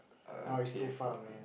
err payphone